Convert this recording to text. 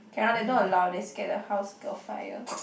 cannot they don't allow they scared the house got fire